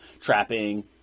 trapping